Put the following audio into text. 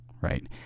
Right